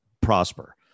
prosper